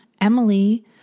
Emily